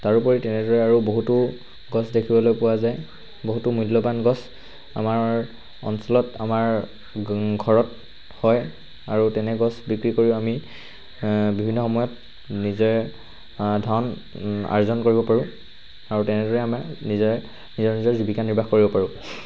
তাৰোপৰি তেনেদৰে আৰু বহুতো গছ দেখিবলৈ পোৱা যায় বহুতো মূল্যবান গছ আমাৰ অঞ্চলত আমাৰ ঘৰত হয় আৰু তেনে গছ বিক্ৰী কৰি আমি বিভিন্ন সময়ত নিজে ধন আৰ্জন কৰিব পাৰোঁ আৰু তেনেদৰে আমাৰ নিজে নিজৰ নিজৰ জীৱিকা নিৰ্বাহ কৰিব পাৰোঁ